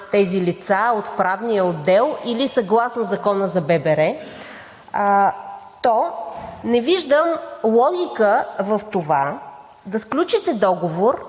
тези лица от правния отдел или съгласно Закона за ББР, то не виждам логика в това да сключите договор